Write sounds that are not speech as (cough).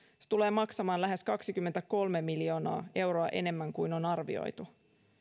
(unintelligible) (unintelligible) se tulee maksamaan lähes kaksikymmentäkolme miljoonaa euroa enemmän kuin on arvioitu